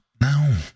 No